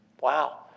Wow